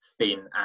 thin